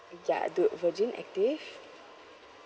ya dude virgin active